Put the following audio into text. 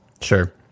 sure